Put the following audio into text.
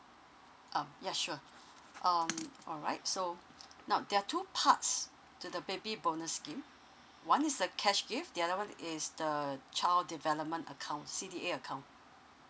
um ya sure um alright so now there are two parts to the baby bonus scheme one is the cash gift the other one is the child development account C_D_A account